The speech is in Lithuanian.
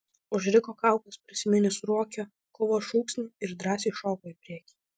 užriko kaukas prisiminęs ruokio kovos šūksnį ir drąsiai šoko į priekį